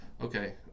Okay